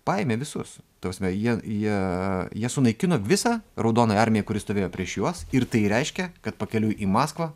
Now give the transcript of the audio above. paėmė visus ta prasme jie jie jie sunaikino visą raudonąją armiją kuri stovėjo prieš juos ir tai reiškia kad pakeliui į maskvą